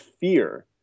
fear